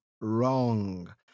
wrong